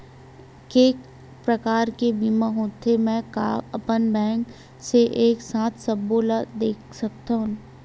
के प्रकार के बीमा होथे मै का अपन बैंक से एक साथ सबो ला देख सकथन?